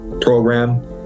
program